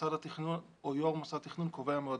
שמוסד התכנון, או יו"ר מוסד התכנון קובע מועדים.